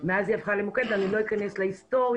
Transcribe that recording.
מאז היא הפכה למוקד ואני לא אכנס להיסטוריה.